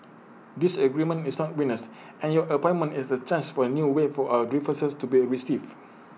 disagreement is not weakness and your appointment is A chance for A new way for our differences to be received